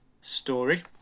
story